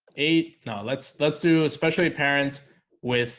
eight now let's let's do especially parents with